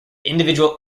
individual